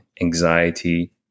anxiety